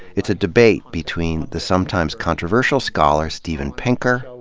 it's a debate between the sometimes-controversial scholar steven pinker,